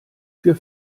für